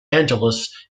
angeles